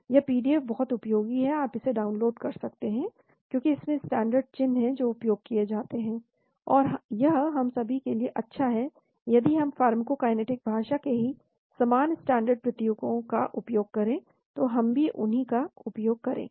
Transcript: यह पीडीएफ बहुत उपयोगी है आप इसे डाउनलोड कर सकते हैं क्योंकि इसमें स्टैन्डर्ड चिह्न हैं जो उपयोग किए जाते हैं और यह हम सभी के लिए अच्छा है यदि हम फार्माकोकाइनेटिक भाषा के ही समान स्टैन्डर्ड प्रतीकों का उपयोग करें तो हम भी उन्हें का उपयोग करेंगे